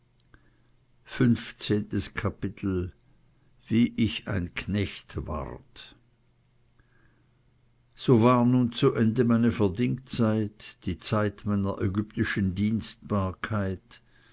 ich nicht wie ich ein knecht ward so war nun zu ende meine verdingzeit die zeit meiner ägyptischen dienstbarkeit